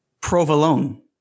Provolone